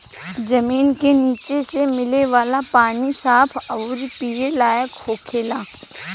जमीन के निचे से मिले वाला पानी साफ अउरी पिए लायक होखेला